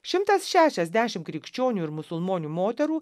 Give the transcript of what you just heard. šimtas šešiasdešim krikščionių ir musulmonių moterų